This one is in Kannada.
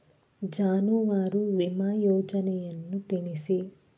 ಜಾನುವಾರು ವಿಮಾ ಯೋಜನೆಯನ್ನು ತಿಳಿಸಿ?